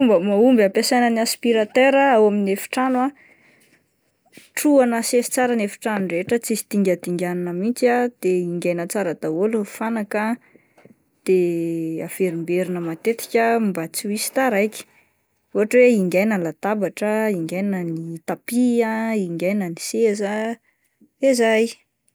Fomba mahomby ampiasaina ny aspiratera ao amin'ny efitrano ah, trohana asesy tsara ny efitrano rehetra tsisy dingadinganina mihintsy ah de hingaina tsara daholo ny fanaka ah de averimberina matetika mba tsy ho hisy taraiky ohatra hoe hingaina ny latabatra, hingaina ny tapis, hingaina ny seza de zay.